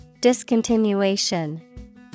Discontinuation